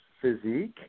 physique